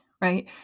right